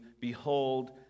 behold